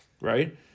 right